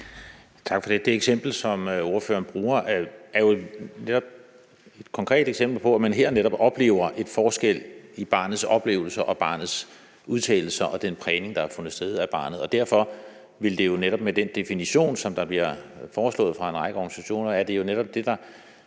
Tak for det. Det eksempel, som ordføreren bruger, er jo netop et konkret eksempel på, at man her oplever en forskel på barnets oplevelser og barnets udtalelser og den prægning af barnet, der har fundet sted. Derfor vil det jo netop med den definition, som bliver foreslået af en række organisationer, være det, der